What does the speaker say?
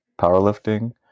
powerlifting